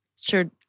sure